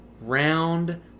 round